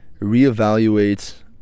reevaluate